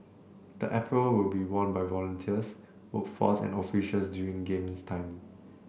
the apparel will be worn by volunteers workforce and officials during games time